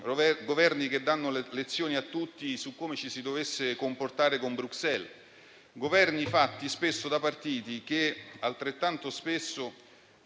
che davano lezioni a tutti su come ci si dovesse comportare con Bruxelles; Governi fatti spesso da partiti che altrettanto spesso